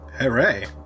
Hooray